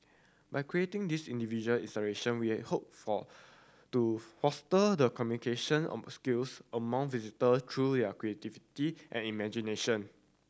by creating these individual installation we have hope for to foster the communication among skills among visitor through creativity and imagination